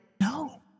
No